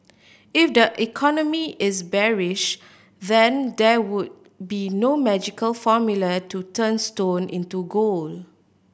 if the economy is bearish then there would be no magical formula to turn stone into gold